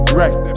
right